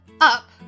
up